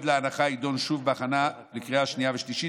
להנחה יידון שוב בהכנה לקריאה שנייה ושלישית,